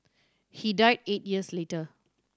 he died eight years later